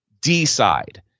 decide